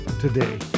today